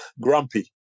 grumpy